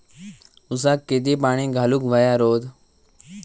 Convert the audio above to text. ऊसाक किती पाणी घालूक व्हया रोज?